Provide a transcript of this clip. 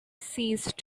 ceased